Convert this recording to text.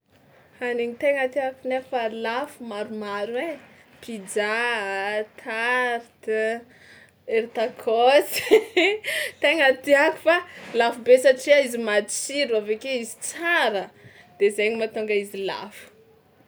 Hanigny tegna tiàko nefa lafo maromaro ai: pizza, tarte, ery tacos, tegna tiàko fa lafo be satria izy matsiro avy ake izy tsara de zaigny mahatonga izy lafo.